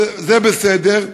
זה בסדר.